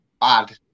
bad